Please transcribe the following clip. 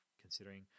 considering